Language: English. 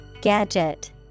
Gadget